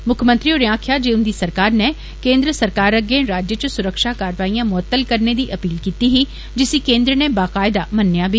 मुक्खमंत्री होरें आक्खेआ जे हुन्दी सरकार नै केन्द्र सरकार अग्गै राज्य च सुरक्षा कार्यवाइयां मुअत्तल करने दी अपील कीत्ती ही जिसी केन्द्र नै बाकायदा मन्नेआ बी